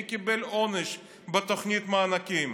מי קיבל עונש בתוכנית המענקים.